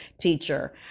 teacher